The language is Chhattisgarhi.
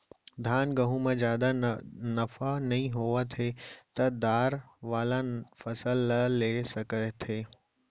धान, गहूँ म जादा नफा नइ होवत हे त दार वाला फसल ल ले सकत हे